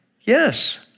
Yes